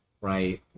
right